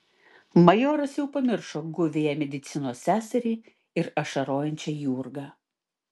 majoras jau pamiršo guviąją medicinos seserį ir ašarojančią jurgą